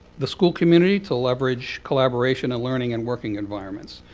the school community to leverage collaboration, and learning, and working environments.